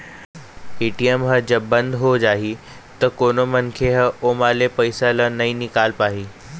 ATM ह जब बंद हो जाही त कोनो मनखे ह ओमा ले पइसा ल नइ निकाल पाही